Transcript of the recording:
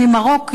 ממרוקו,